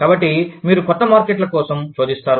కాబట్టి మీరు కొత్త మార్కెట్ల కోసం శోధిస్తారు